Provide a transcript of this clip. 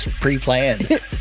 pre-planned